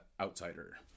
outsider